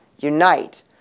unite